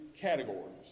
categories